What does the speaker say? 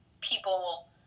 people